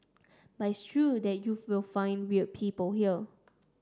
but it's true that you will find weird people here